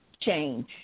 change